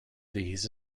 these